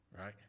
right